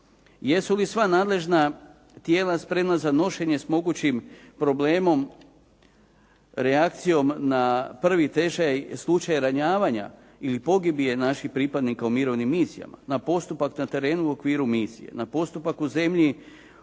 Jesu li sva nadležna tijela spremna za nošenje s mogućim problemom, reakcijom na prvi slučaj ranjavanja ili pogibije naših pripadnika u mirovnim misijama na postupak na terenu u okviru misije, na postupak u zemlji